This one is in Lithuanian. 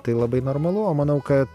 tai labai normalu o manau kad